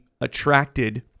attracted